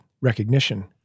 recognition